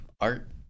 art